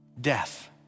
death